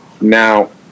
Now